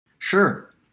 Sure